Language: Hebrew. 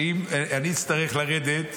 שאם אני אצטרך לרדת,